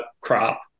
crop